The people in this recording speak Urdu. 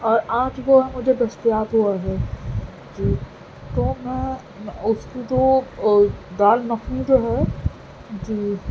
اور آج وہ ہے مجھے دستیاب ہوا ہے جی تو میں اس کی جو دال مکھنی جو ہے جی